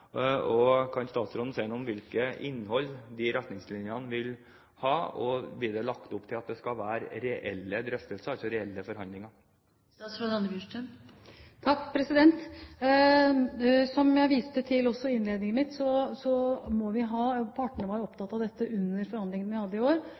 og kan statsråden si noe om hvilket innhold disse retningslinjene vil ha? Vil det bli lagt opp til at det skal være reelle drøftelser, altså reelle forhandlinger? Som jeg også viste til i innlegget mitt, var partene under forhandlingene vi hadde i år, nettopp opptatt av at de vil ha